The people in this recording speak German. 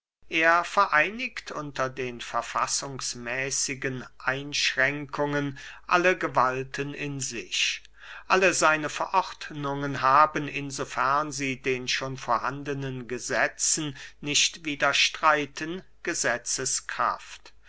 er vereinigt unter den verfassungsmäßigen einschränkungen alle gewalten in sich alle seine verordnungen haben in so fern sie den schon vorhandenen gesetzen nicht